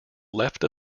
left